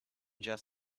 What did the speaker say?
just